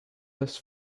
this